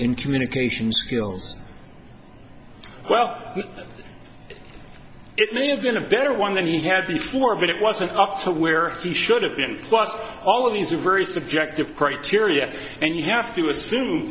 in communication skills well it may have been a better one than he had before but it wasn't up to where he should have been lost all of these are very subjective criteria and you have to assume